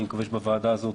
אני מקווה שבוועדה הזאת